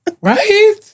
Right